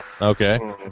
Okay